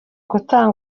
gutanga